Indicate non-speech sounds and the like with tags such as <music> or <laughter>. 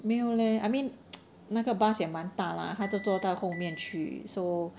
没有 leh I mean <noise> 那个 bus 也蛮大 lah 他就坐到后面去 so